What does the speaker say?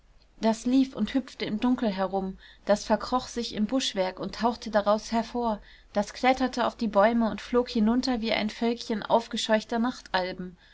das lief und hüpfte im dunkel herum das verkroch sich im buschwerk und tauchte daraus hervor das kletterte auf die bäume und flog hinunter wie ein völkchen aufgescheuchter